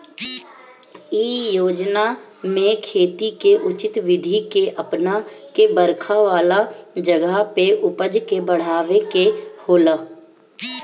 इ योजना में खेती के उचित विधि के अपना के बरखा वाला जगह पे उपज के बढ़ावे के होला